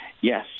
Yes